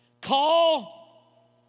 Call